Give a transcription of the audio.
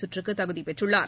சுற்றுக்கு தகுதி பெற்றுள்ளார்